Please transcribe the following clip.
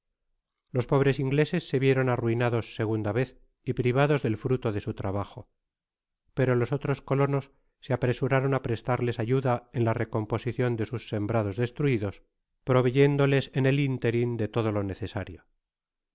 los pobres ingleses se vieron arruinados segunda vez y privados del fruto de su trabajo pero los otros colonos se apresuraron á prestarles ayuda en la recomposicion de sus sembrados destruidos proveyéndoles en el interin de todo lo necesario